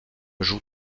joue